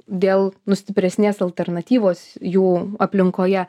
dėl nu stipresnės alternatyvos jų aplinkoje